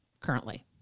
currently